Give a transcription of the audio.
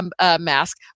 mask